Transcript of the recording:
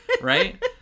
Right